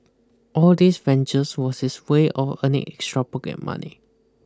all these ventures was his way of earning extra pocket money